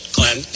Glenn